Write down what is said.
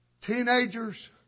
Teenagers